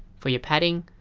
for your padding,